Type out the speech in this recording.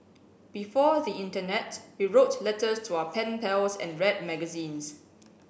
before the internet we wrote letters to our pen pals and read magazines